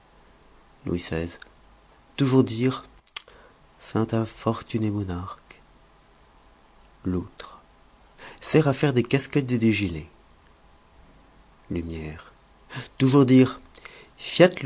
louis xvi toujours dire cet infortuné monarque loutre sert à faire des casquettes et des gilets lumière toujours dire fiat